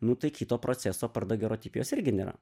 nu tai kito proceso apart dagerotipijos irgi nėra